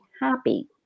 happy